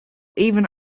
even